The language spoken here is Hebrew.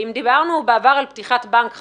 אם דיברנו בעבר על פתיחת בנק חדש,